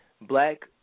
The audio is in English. Black